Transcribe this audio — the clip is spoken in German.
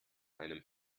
einem